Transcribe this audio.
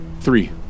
Three